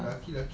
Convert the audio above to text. ira jer ah